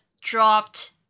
dropped